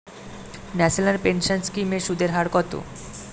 National pension scheme এর সুদের হার কত?